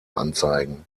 anzeigen